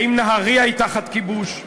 האם נהרייה היא תחת כיבוש?